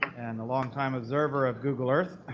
and a longtime observer of google earth,